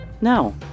No